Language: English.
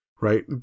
right